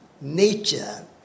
nature